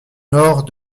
nord